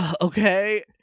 okay